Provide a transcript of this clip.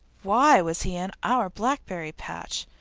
why was he in our blackberry patch?